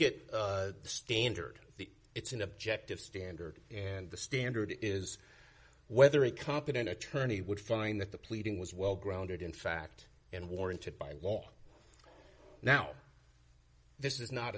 at the standard the it's an objective standard and the standard is whether a competent attorney would find that the pleading was well grounded in fact and warranted by law now this is not a